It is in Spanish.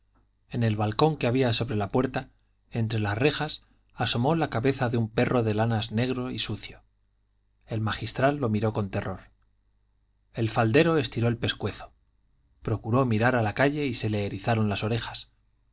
en el balcón que había sobre la puerta entre las rejas asomó la cabeza de un perro de lanas negro y sucio el magistral lo miró con terror el faldero estiró el pescuezo procuró mirar a la calle y se le erizaron las orejas